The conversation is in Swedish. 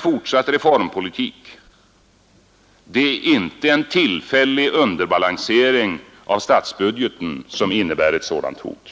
fortsatt reformpolitik. Det är inte en tillfällig underbalansering av statsbudgeten som innebär ett sådant hot.